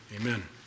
amen